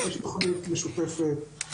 יש תוכנית משותפת,